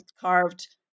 carved